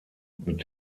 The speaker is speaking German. mit